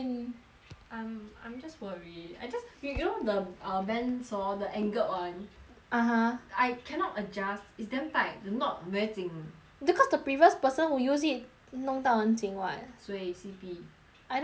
I'm I'm just worried I just you you know the err band saw the angled [one] (uh huh) I cannot adjust it's damn tied the knot very 紧 because the previous person who use it 弄到很紧 [what] 所以 C_B I don't know confirm